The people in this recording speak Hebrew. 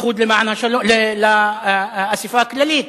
בייחוד לאספה הכללית,